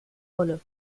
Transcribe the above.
wolle